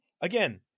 Again